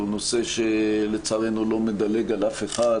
הוא נושא שלצערנו לא מדלג על אחד,